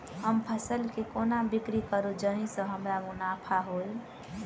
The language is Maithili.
हम फसल केँ कोना बिक्री करू जाहि सँ हमरा मुनाफा होइ?